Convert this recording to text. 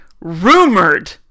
Rumored